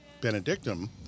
Benedictum